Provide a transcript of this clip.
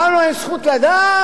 לנו אין זכות לדעת?